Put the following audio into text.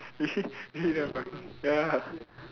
funny ya